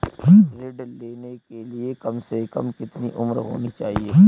ऋण लेने के लिए कम से कम कितनी उम्र होनी चाहिए?